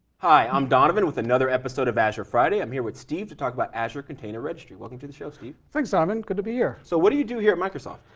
hi, i'm donovan with another episode of azure friday. i'm here with steve to talk about azure container registry. welcome to the show, steve. thanks, donovan, and good to be here. so what do you do here at microsoft?